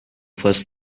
first